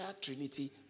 Trinity